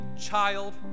child